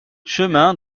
chemin